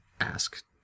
ask